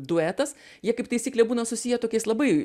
duetas jie kaip taisyklė būna susiję tokiais labai